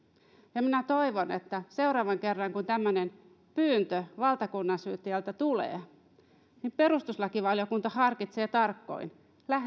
minä minä toivon että seuraavan kerran kun tämmöinen pyyntö valtakunnansyyttäjältä tulee perustuslakivaliokunta harkitsee tarkoin